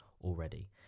already